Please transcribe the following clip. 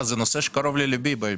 זה נושא שקרוב לליבי.